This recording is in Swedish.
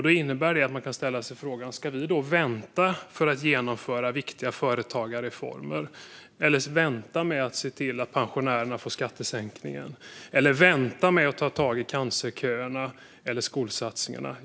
Det innebär att man kan ställa frågan: Ska vi då vänta för att genomföra viktiga företagarreformer, vänta med att se till att pensionärerna får skattesänkningar eller vänta med att ta tag i cancerköerna eller skolsatsningarna?